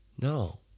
No